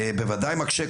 זה בוודאי מקשה,